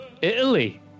Italy